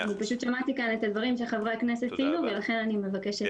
שמעתי כאן את הדברים שחברי הכנסת ציינו ולכן אני מבקשת להתייחס לזה.